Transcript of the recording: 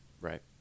right